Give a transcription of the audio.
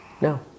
No